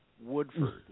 Woodford